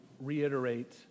reiterate